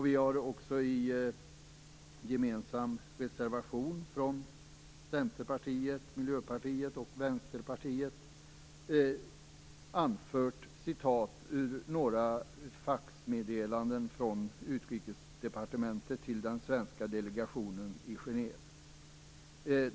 Vi har också i en gemensam reservation från Centerpartiet, Miljöpartiet och Vänsterpartiet anfört citat ur några faxmeddelanden från Utrikesdepartementet till den svenska delegationen i Genève.